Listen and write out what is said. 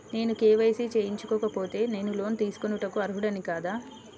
నేను కే.వై.సి చేయించుకోకపోతే నేను లోన్ తీసుకొనుటకు అర్హుడని కాదా?